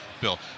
Bill